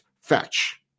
fetch